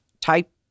type